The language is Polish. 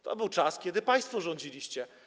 To był czas, kiedy państwo rządziliście.